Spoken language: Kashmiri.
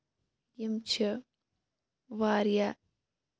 یِم چھِ واریاہ